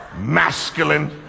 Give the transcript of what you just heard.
masculine